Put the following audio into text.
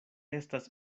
estas